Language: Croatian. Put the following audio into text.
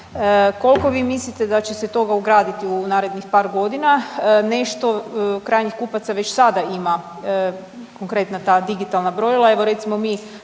Koliko vi mislite da će se toga ugraditi u narednih par godina? Nešto krajnjih kupaca već sada ima konkretna ta digitalna brojila,